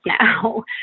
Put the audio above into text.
now